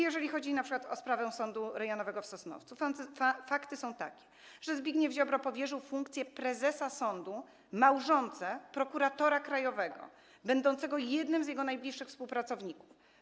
Jeżeli chodzi np. o sprawę Sądu Rejonowego w Sosnowcu, fakty są takie, że Zbigniew Ziobro powierzył funkcję prezesa sądu małżonce prokuratora krajowego będącego jednym z jego najbliższych współpracowników.